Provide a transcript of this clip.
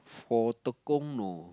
for Tekong no